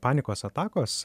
panikos atakos